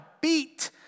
beat